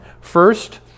First